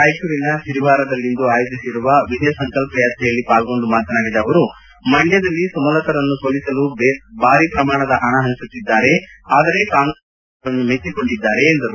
ರಾಯಚೂರಿನ ಸಿರಿವಾರದಲ್ಲಿಂದು ಆಯೋಜಿಸಿರುವ ವಿಜಯ ಸಂಕಲ್ಪ ಯಾತ್ರೆಯಲ್ಲಿ ಪಾಲ್ಗೊಂಡು ಮಾತನಾಡಿದ ಅವರು ಮಂಡ್ಕದಲ್ಲಿ ಸುಮಲತಾರನ್ನು ಸೋಲಿಸಲು ಬಾರಿ ಪ್ರಮಾಣದ ಪಣ ಪಂಚುತ್ತಿದ್ದಾರೆ ಆದರೆ ಕಾಂಗ್ರೆಸ್ ಮುಖಂಡರೇ ಮೋದಿ ಅವರನ್ನು ಮೆಚ್ಚಿಕೊಂಡಿದ್ದಾರೆ ಎಂದರು